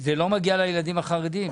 זה לא מגיע לילדים החרדים.